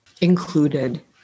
included